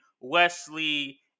wesley